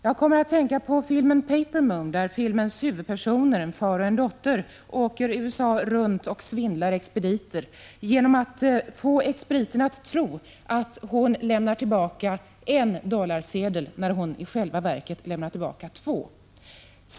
Jag kommer att tänka på filmen Paper Moon, där filmens huvudpersoner, en far och en dotter, åker USA runt och svindlar expediter genom att få expediten att tro att hon lämnar tillbaka en dollarsedel när hon i själva verket lämnar tillbaka två.